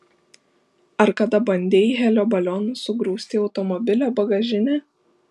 ar kada bandei helio balionus sugrūsti į automobilio bagažinę